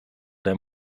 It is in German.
der